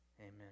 amen